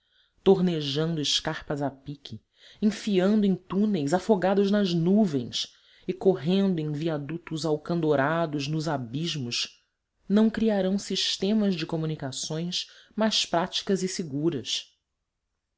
traçado tornejando escarpas a pique enfiando em túneis afogados nas nuvens e correndo em viadutos alcandorados nos abismos não criarão sistemas de comunicações mais práticas e seguras